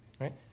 right